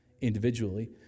individually